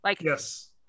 Yes